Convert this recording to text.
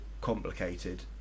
complicated